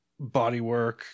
bodywork